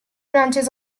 branches